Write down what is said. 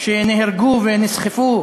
שנהרגו ונסחפו